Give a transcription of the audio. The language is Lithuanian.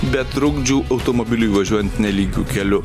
be trukdžių automobiliui važiuojant nelygiu keliu